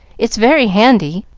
it's very handy,